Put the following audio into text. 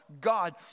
God